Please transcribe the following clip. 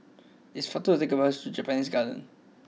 it is faster to take the bus to Japanese Garden